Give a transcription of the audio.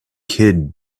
kid